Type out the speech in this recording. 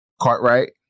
Cartwright